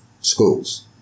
schools